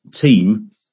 team